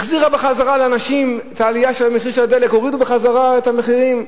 החזירה לאנשים את עליית מחיר הדלק והורידו בחזרה את המחירים,